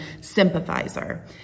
sympathizer